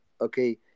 okay